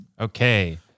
Okay